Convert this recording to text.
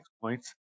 points